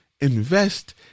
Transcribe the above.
Invest